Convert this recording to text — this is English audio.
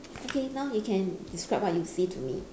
okay now you can describe what you see to me